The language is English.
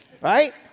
right